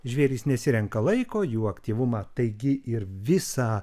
žvėrys nesirenka laiko jų aktyvumą taigi ir visą